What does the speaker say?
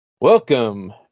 Welcome